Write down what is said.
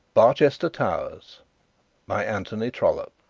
barchester towers by anthony trollope